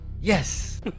Yes